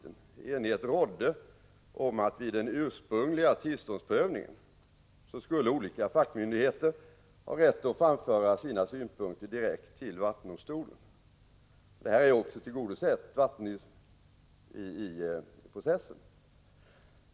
Enighet rådde om att vid den ursprungliga tillståndsprövningen skulle olika fackmyndigheter ha rätt att framföra sina synpunkter direkt till vattendomstolen. Det önskemålet är också tillgodosett i processen.